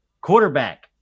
quarterback